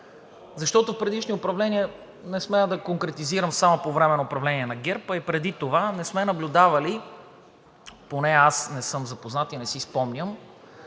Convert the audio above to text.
защото в предишни управления, не смея да конкретизирам само по време на управлението на ГЕРБ, а и преди това не сме наблюдавали, поне аз не съм запознат и не си спомням,